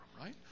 right